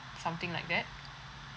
something like that